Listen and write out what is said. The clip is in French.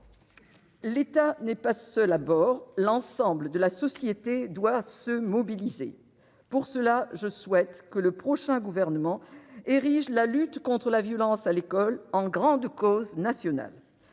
L'État n'est pas seul à bord. L'ensemble de la société doit se mobiliser. Pour cela, je souhaite que le prochain gouvernement érige la lutte contre la violence à l'école en grande cause nationale.